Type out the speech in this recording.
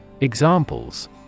Examples